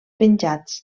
penjats